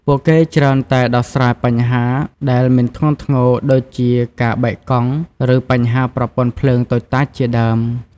ពួកគេច្រើនតែដោះស្រាយបញ្ហាដែលមិនធ្ងន់ធ្ងរដូចជាការបែកកង់ ឬបញ្ហាប្រព័ន្ធភ្លើងតូចតាចជាដើម។